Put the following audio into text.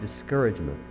discouragement